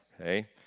Okay